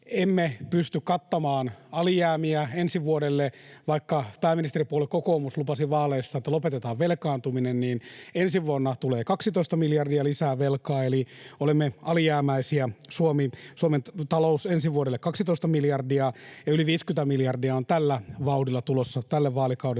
emme pysty kattamaan alijäämiä ensi vuodelle. Vaikka pääministeripuolue kokoomus lupasi vaaleissa, että lopetetaan velkaantuminen, niin ensi vuonna tulee 12 miljardia lisää velkaa, eli olemme alijäämäisiä. Suomen talouteen ensi vuodelle 12 miljardia, ja yli 50 miljardia on tällä vauhdilla tulossa tälle vaalikaudelle